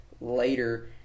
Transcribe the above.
later